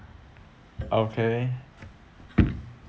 okay